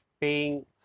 paying